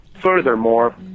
Furthermore